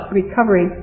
recovery